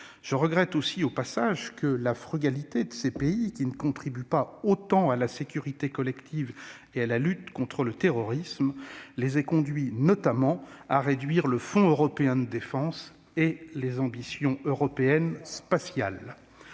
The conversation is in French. Je regrette que la frugalité de ces pays ne contribuant pas autant à la sécurité collective et à la lutte contre le terrorisme les ait conduits notamment à réduire les crédits du Fonds européen de défense et les ambitions européennes spatiales.